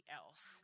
else